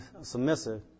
submissive